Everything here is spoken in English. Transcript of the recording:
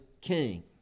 king